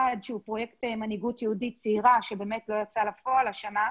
שהוא פרויקט מנהיגות יהודית צעירה שבאמת לא יצא השנה לפועל.